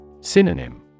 Synonym